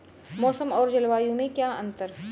मौसम और जलवायु में क्या अंतर?